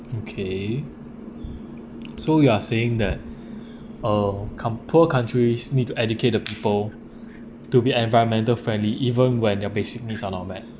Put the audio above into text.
okay so you are saying that uh coun~ poor countries need to educate the people to be environmental friendly even when their basic needs are not met